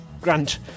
grant